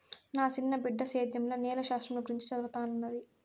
నా సిన్న బిడ్డ సేద్యంల నేల శాస్త్రంల గురించి చదవతన్నాది